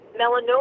melanoma